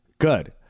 Good